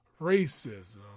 racism